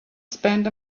spend